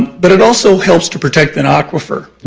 but it also helps to protect the aquifer.